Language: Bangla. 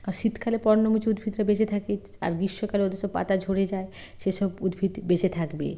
কারণ শীতকালে পর্ণমোচী উদ্ভিদরা বেঁচে থাকে আর গ্রীষ্মকালে ওদের সব পাতা ঝরে যায় সে সব উদ্ভিদ বেঁচে থাকবে